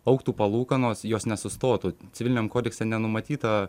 augtų palūkanos jos nesustotų civiliniam kodekse nenumatyta